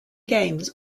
games